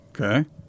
Okay